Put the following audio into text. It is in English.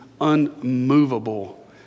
unmovable